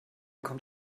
kommt